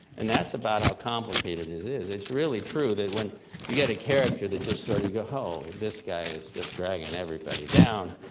and that's about how complicated it is. it's really true that when you get a character that just sort of, you go oh, this guy is just dragging everybody down,